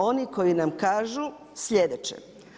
Oni koji nam kažu slijedeće.